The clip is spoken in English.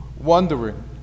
Wondering